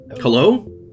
Hello